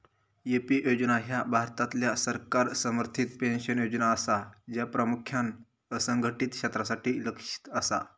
AP योजना ह्या भारतातल्या सरकार समर्थित पेन्शन योजना असा, ज्या प्रामुख्यान असंघटित क्षेत्रासाठी लक्ष्यित असा